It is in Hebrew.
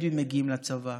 בדואים מגיעים לצבא.